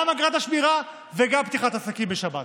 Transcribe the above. גם אגרת השמירה וגם פתיחת עסקים בשבת.